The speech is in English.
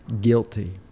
Guilty